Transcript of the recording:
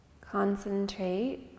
concentrate